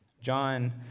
John